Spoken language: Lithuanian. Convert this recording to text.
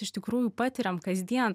iš tikrųjų patiriam kasdien